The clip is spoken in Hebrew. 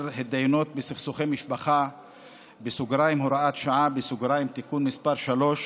התדיינויות בסכסוכי משפחה (הוראת שעה) (תיקון מס' 3),